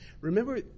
remember